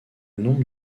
nombre